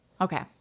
Okay